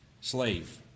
Slave